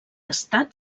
estat